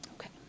Okay